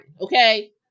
okay